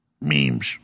memes